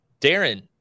Darren